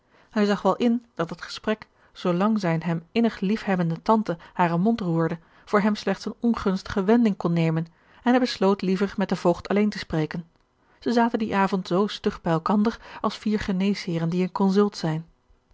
hij zag wel in dat het gesprek zoo lang zijne hem innig liefhebbende tante haren mond roerde voor hem slechts eene ongunstige wending kon nemen en hij besloot liever met den voogd alleen te spreken zij zaten dien avond zoo stug bij elkander als vier geneesheeren die in consult zijn